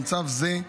גם צו זה,